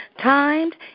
timed